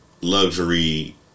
luxury